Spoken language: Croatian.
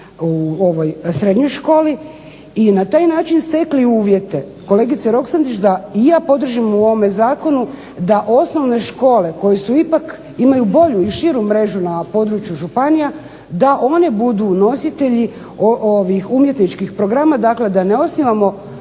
u srednjoj školi i na taj način stekli uvjete kolegice Roksandić da i ja podržim u ovome zakonu da osnovne škole koje su ipak imaju bolju i širu mrežu na području županija da one budu nositelji umjetničkih programa. Dakle, da ne osnivamo